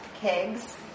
kegs